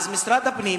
משרד הפנים,